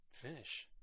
finish